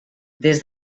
des